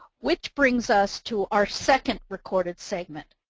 which brings us to our second recorded segment.